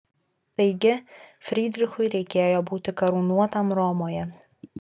taigi frydrichui reikėjo būti karūnuotam romoje